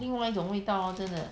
另外一种味道 lor 真的